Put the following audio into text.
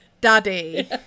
daddy